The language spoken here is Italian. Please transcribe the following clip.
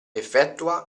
effettua